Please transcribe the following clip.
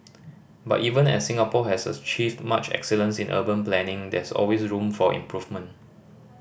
but even as Singapore has achieved much excellence in urban planning there is always room for improvement